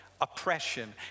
oppression